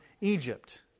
Egypt